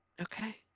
okay